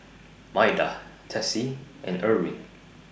Maida Tessie and Erwin